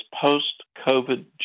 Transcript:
post-COVID